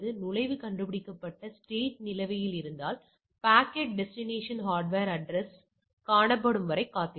நுழைவு கண்டுபிடிக்கப்பட்டு ஸ்டேட் நிலுவையில் இருந்தால் பாக்கெட் டெஸ்டினேஷன் ஹார்ட்வர் அட்ரஸ் காணப்படும் வரை காத்திருக்கும்